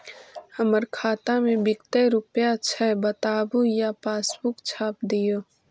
हमर खाता में विकतै रूपया छै बताबू या पासबुक छाप दियो?